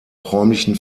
räumlichen